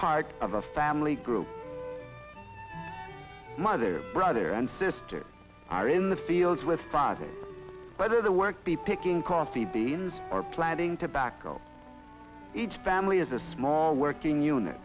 part of a family group mother brother and sister are in the fields with fathers whether the work be picking coffee beans or planting to back up each family is a small working unit